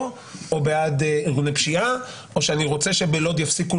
או בעד ארגוני פשיעה או שאני רוצה שבלוד יפסיקו